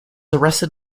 arrested